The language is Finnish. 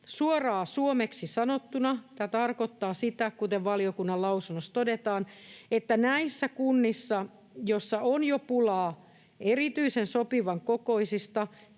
Suoraan, suomeksi sanottuna tämä tarkoittaa sitä, kuten valiokunnan lausunnossa todetaan, että näissä kunnissa on jo pulaa erityisesti sopivan kokoisista,